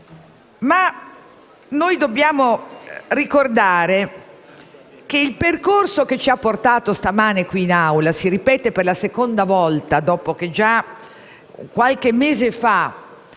Noi dobbiamo però ricordare che il percorso che ci ha portato stamane qui in Assemblea si ripete per la seconda volta, dopo che qualche mese fa